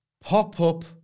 Pop-up